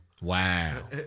Wow